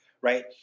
right